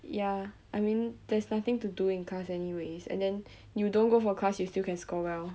ya I mean there's nothing to do in class anyways and then you don't go for class you still can score well